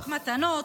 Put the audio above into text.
חוק מתנות,